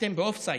אתם באופסייד.